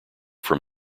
from